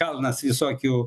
kalnas visokių